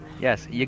Yes